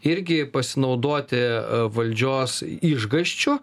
irgi pasinaudoti valdžios išgąsčiu